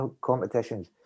competitions